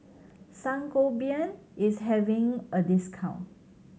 Sangobion is having a discount